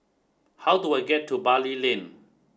how do I get to Bali Lane